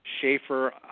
Schaefer